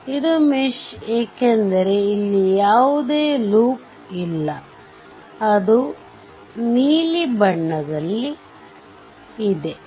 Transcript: ಇದು ಮೆಶ್ ಏಕೆಂದರೆ ಇಲ್ಲಿ ಯಾವುದೇ ಲೂಪ್ ಇಲ್ಲ ಅದು ನೀಲಿ ಬಣ್ಣದಲ್ಲಿದೆ